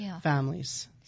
families